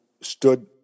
stood